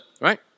right